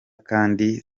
kandi